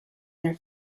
their